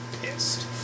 pissed